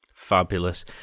Fabulous